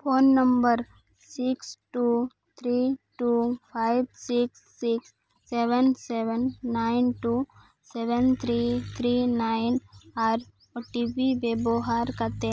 phone number six two three two five six six seven seven nine two seven three three nine ᱟᱨ OTP ᱵᱮᱵᱚᱦᱟᱨ ᱠᱟᱛᱮ